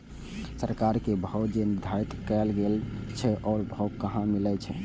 सरकार के भाव जे निर्धारित कायल गेल छै ओ भाव कहाँ मिले छै?